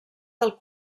del